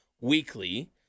weekly